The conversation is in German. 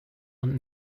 und